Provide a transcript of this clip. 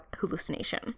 hallucination